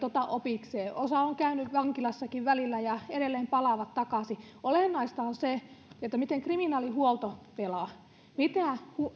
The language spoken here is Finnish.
ota opikseen osa on käynyt vankilassakin välillä ja edelleen palaavat takaisin olennaista on se miten kriminaalihuolto pelaa